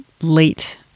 late